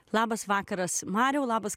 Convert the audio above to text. labas vakaras mariau labas